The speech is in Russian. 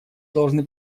должны